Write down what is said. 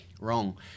wrong